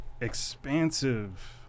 expansive